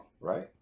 right